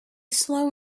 slow